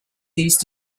these